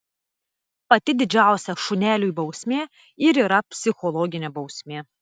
pati didžiausia šuneliui bausmė ir yra psichologinė bausmė